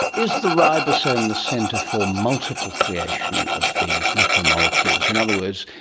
is the ribosome the centre for multiple creation of these macromolecules? in other words,